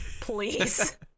Please